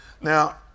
Now